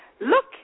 look